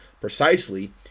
precisely